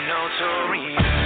Notorious